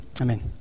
Amen